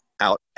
out